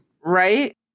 Right